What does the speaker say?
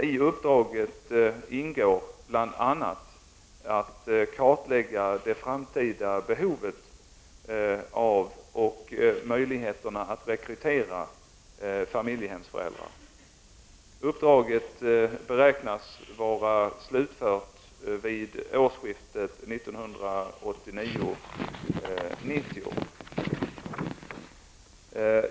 I uppdraget ingår bl.a. att kartlägga det framtida behovet av och möjligheterna att rekrytera familjehemsföräldrar. Uppdraget beräknas vara slutfört vid årsskiftet 1989-1990.